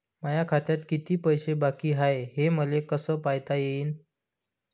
माया खात्यात किती पैसे बाकी हाय, हे मले कस पायता येईन?